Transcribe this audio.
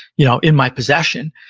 you know in my possession.